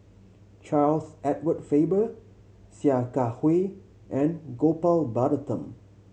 Charles Edward Faber Sia Kah Hui and Gopal Baratham